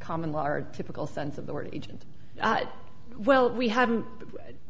common law are typical sense of the word agent well we haven't